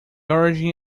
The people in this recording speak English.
origin